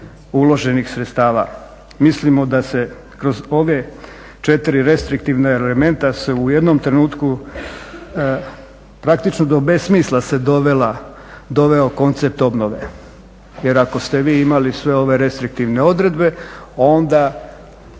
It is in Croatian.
uloženih sredstava. Mislimo da se kroz ova četiri restriktivna elementa se u jednom trenutku praktično do bez smisla se doveo koncept obnove. Jer ako ste vi imali sve ove restriktivne odredbe onda